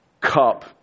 cup